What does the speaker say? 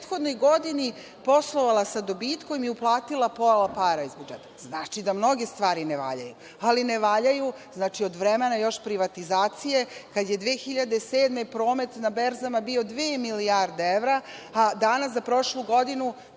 u prethodnoj godini poslovala sa dobitkom i uplatila pola para iz budžeta? Znači, da mnoge stvari ne valjaju, ali ne valjaju od vremena privatizacije kada je 2007. godine promet na berzama bio dve milijarde evra, a danas za prošlu godinu,